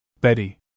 Betty